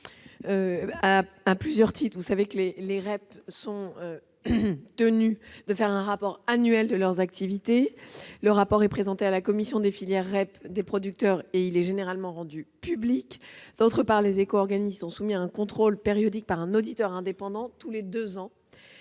à plusieurs titres. Les filières REP sont tenues d'élaborer un rapport annuel de leurs activités. Ce rapport est présenté à la commission des filières REP et il est généralement rendu public. De plus, les éco-organismes sont soumis à un contrôle périodique par un auditeur indépendant tous les deux ans,